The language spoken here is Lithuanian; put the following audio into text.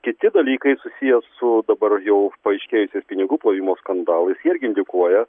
kiti dalykai susiję su dabar jau paaiškėjusiais pinigų plovimo skandalais jie irgi indikuoja